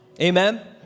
Amen